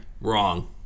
wrong